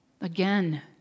Again